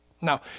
Now